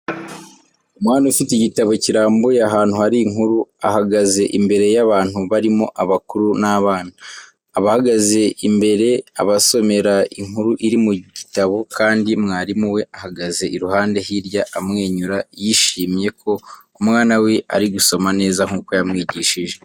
Umwana ufite igitabo kirambuye ahantu hari inkuru, ahagaze imbere y'abantu barimo abakuru n'abana. Abahagaze imbere abasomera inkuru iri mu gitabo kandi mwarimu we ahagaze iruhande hirya amwenyura yishimye ko umwana we ari gusoma neza nk'uko yamwigishije.